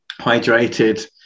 hydrated